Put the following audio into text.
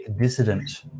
Dissident